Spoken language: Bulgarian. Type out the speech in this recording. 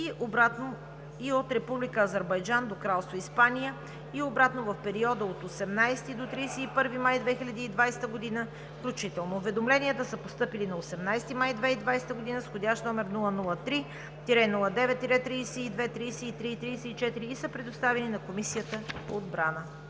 и обратно и от Република Азербайджан до Кралство Испания и обратно, в периода от 18 до 31 май 2020 г. включително. Уведомленията са постъпили на 18 май 2020 г. с входящи № 003-09-32, 33 и 34 и са предоставени на Комисията по отбрана.